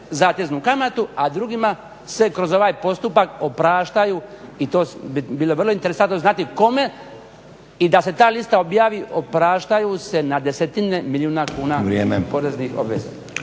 zateznu kamatu, a drugima se kroz ovaj postupak opraštaju i to bi bilo vrlo interesantno znati kome, i da se ta lista objavi, opraštaju se na desetine milijuna kuna poreznih obveza.